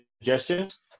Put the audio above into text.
suggestions